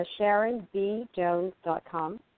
SharonBJones.com